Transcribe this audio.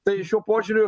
tai šiuo požiūriu